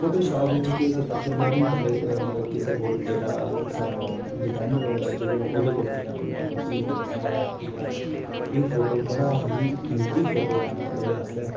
Photoshop बिच्च केह् कीता फ्ही मैं बी बंदे कोल मतलब किसे कोल जेह्ड़ा साढ़ा डिजाइनर होंदा जेहदे ओह्दे कोल गेआ ते मैं उसी सनाएया कि यार एह् फोटो बड़ा ही कीमती फोटो उनै दे आस्तै